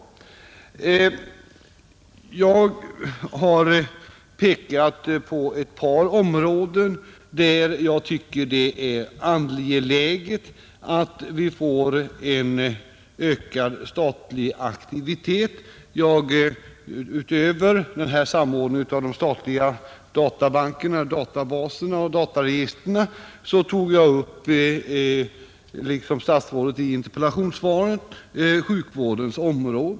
Jag har pekat på ett par områden där jag tycker att det är angeläget att vi får en ökad statlig aktivitet. Utöver den här samordningen av de statliga databankerna, databaserna och dataregistren tog jag — liksom statsrådet i interpellationssvaret — upp sjukvården.